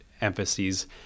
emphases